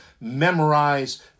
memorize